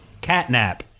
Catnap